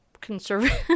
conservative